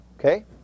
Okay